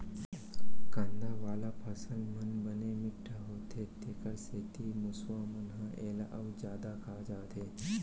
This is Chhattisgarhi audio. कांदा वाला फसल मन बने मिठ्ठ होथे तेखर सेती मूसवा मन ह एला अउ जादा खा जाथे